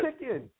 chicken